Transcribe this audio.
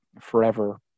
forever